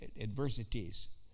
adversities